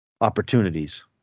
opportunities